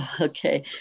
Okay